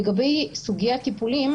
לגבי סוגיית הטיפולים,